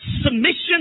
Submission